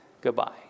Goodbye